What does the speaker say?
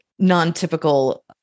non-typical